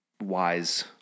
wise